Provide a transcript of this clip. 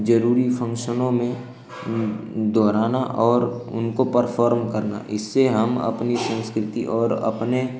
जरूरी फ़ंगसनों में दोहराना और उनको पर्फॉर्म करना इससे हम अपनी संस्कृति और अपने